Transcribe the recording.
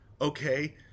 okay